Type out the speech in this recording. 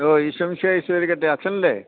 hello Isho മിശിയായ്ക്ക് സ്തുതിയായിരിക്കട്ടെ അച്ചനല്ലേ